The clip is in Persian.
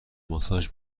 ماساژ